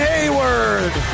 Hayward